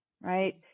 right